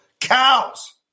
cows